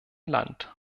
land